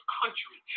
country